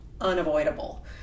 unavoidable